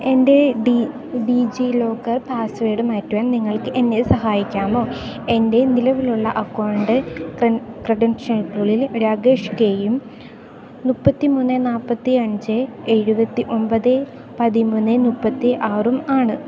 എൻ്റെ DigiLocker password മാറ്റുവാൻ നിങ്ങൾക്കെന്നെ സഹായിക്കാമോ എൻ്റെ നിലവിലുള്ള അക്കൗണ്ട് ക്രെഡൻഷ്യലുകള് രാകേഷ് കെയും മുപ്പത്തിമൂന്ന് നാല്പ്പത്തിയഞ്ച് എഴുപത്തിയൊമ്പത് പതിമൂന്ന് മുപ്പത്തിയാറുമാണ്